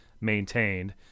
maintained